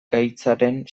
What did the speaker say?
gaitzaren